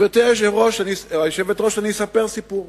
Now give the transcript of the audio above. גברתי היושבת-ראש, אספר סיפור: